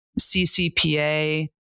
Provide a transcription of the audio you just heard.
CCPA